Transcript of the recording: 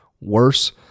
worse